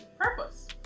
purpose